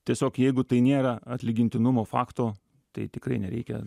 tiesiog jeigu tai nėra atlygintinumo fakto tai tikrai nereikia